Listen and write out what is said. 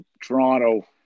Toronto